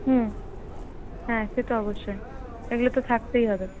হুম হ্যাঁ সে তো অবশ্যই এগুলো তো থাকতেই হবে